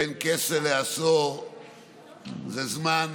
בין כסה לעשור זה זמן